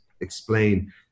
explain